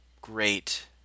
great